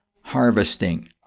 harvesting